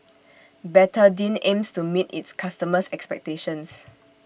Betadine aims to meet its customers' expectations